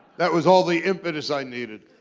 that was all the impetus i needed.